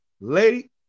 Lady